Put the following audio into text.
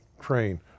train